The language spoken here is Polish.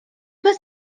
bez